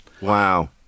Wow